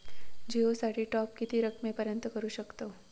जिओ साठी टॉप किती रकमेपर्यंत करू शकतव?